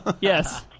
Yes